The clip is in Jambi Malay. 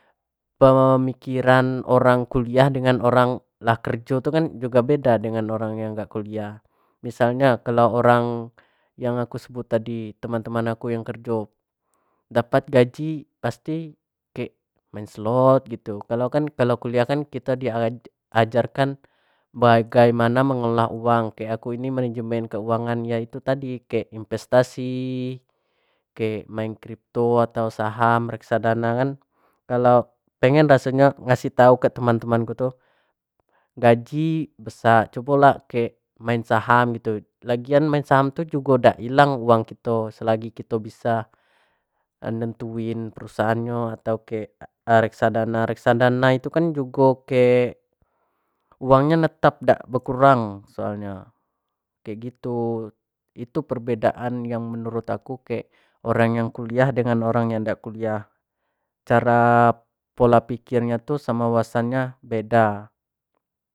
Pemikiran orang kuliah dengan orang lakrejo itu kan juga beda dengan orang yang gak kuliah misalnya kalau orang yang aku sebut tadi teman-teman aku yang kerjo dapat gaji pasti diajarkan bagaimana mengelola uang kayak aku ini manajemen keuangan yaitu tadi kayak investasi kayak main crypto atau saham reksa dana kan kalau pengen rasanya ngasih tahu ke teman-temanku tuh gaji besar cobalah kek main saham gitu lagian main saham itu juga udah hilang uang gitu selagi kita bisa nentuin perusahaannya atau kayak reksadana reksadana itu kan cukup uangnya tetap berkurang soalnya kayak gitu itu perbedaan yang menurut aku kek orang yang kuliah dengan orang yang ndak kuliah cara pola pikirnya tuh sama wawasannya beda